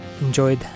enjoyed